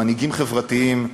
מנהיגים חברתיים,